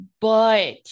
but-